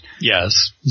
Yes